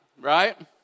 right